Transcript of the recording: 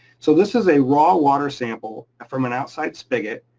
so this is a raw water sample from an outside spigot,